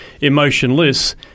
emotionless